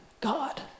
God